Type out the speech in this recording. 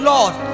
Lord